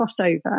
crossover